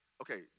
Okay